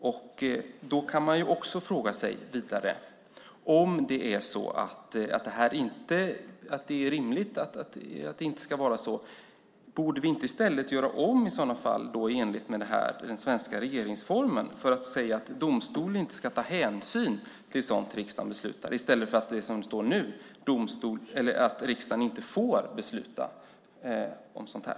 Vidare kan man fråga sig om vi i sådana fall inte borde göra om det här i enlighet med den svenska regeringsformen och säga att domstolar inte ska ta hänsyn till sådant som riksdagen beslutar i stället för att, som det står nu, riksdagen inte får besluta om sådant här?